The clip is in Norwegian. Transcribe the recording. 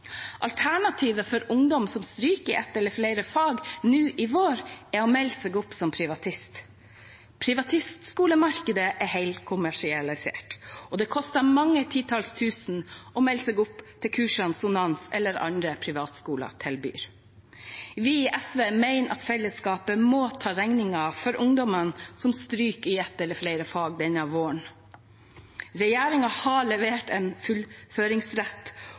Alternativet for ungdom som stryker i ett eller flere fag nå i vår, er å melde seg opp som privatist. Privatistskolemarkedet er helkommersialisert, og det koster mange titalls tusen å melde seg opp til kursene Sonans eller andre privatistskoler tilbyr. Vi i SV mener at fellesskapet må ta regningen for ungdommene som stryker i ett eller flere fag denne våren. Regjeringen har levert en reform om fullføringsrett.